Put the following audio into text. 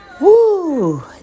woo